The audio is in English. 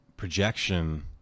Projection